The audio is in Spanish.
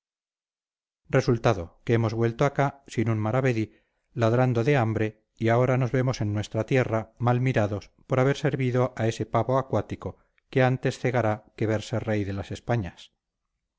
resultado que hemos vuelto acá sin un maravedí ladrando de hambre y ahora nos vemos en nuestra tierra mal mirados por haber servido a ese pavo acuático que antes cegará que verse rey de las españas